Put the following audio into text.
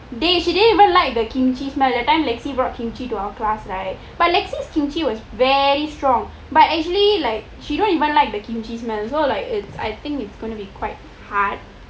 she didn't even like the kimchi smell that time lexi bought kimchi to our class right but lexi kimchi was very strong but actually like she don't even like the kimchi smell so like it's I think it's gonna be quite hard